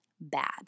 bad